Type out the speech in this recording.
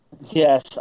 Yes